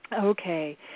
Okay